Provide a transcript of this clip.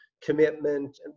commitment